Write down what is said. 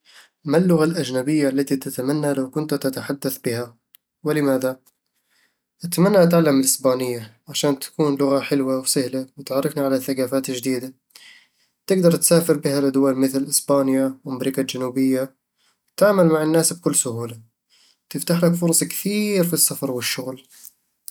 ما اللغة الأجنبية التي تتمنى لو كنت تتحدث بها؟ ولماذا؟ أتمنى أتعلم الإسبانية عشان تكون لغة حلوة وسهلة وتعرفني على ثقافات جديدة تقدر تسافر بها لدول مثل إسبانيا وأمريكا الجنوبية وتتعامل مع الناس بكل سهولة تفتح لك فرص كثير في السفر والشغل